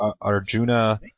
Arjuna